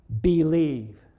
believe